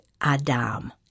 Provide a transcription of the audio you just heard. Adam